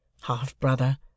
half-brother